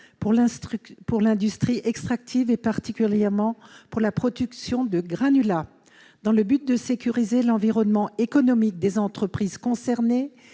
pour l'industrie extractive, particulièrement pour la production de granulats. Afin de sécuriser l'environnement économique des entreprises concernées